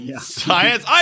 Science